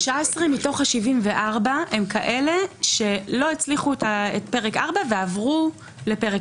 19 מתוך 74 הן כאלה שלא הצליחו את פרק 4 ועברו לפרק ב'.